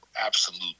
absolute